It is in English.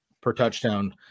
per-touchdown